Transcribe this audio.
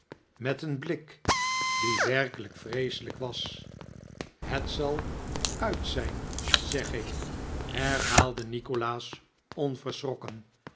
met een donderende stem blik die werkelijk vreeselijk was het zal uit zijn zeg ik herhaalde nikolaas